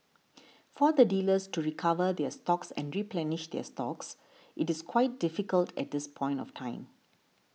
for the dealers to recover their stocks and replenish their stocks it is quite difficult at this point of time